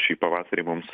šį pavasarį mums